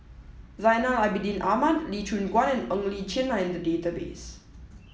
Zainal Abidin Ahmad Lee Choon Guan and Li Chin are in the database